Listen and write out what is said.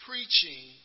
Preaching